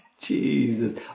Jesus